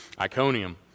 Iconium